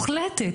מוחלטת,